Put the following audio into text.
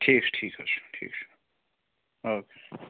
ٹھیٖک چھُ ٹھیٖک حظ چھُ ٹھیٖک چھُ او کے سَر